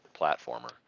platformer